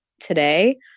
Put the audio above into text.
today